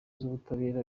z’ubutabera